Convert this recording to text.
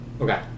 Okay